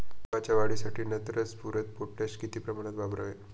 गव्हाच्या वाढीसाठी नत्र, स्फुरद, पोटॅश किती प्रमाणात वापरावे?